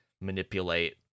manipulate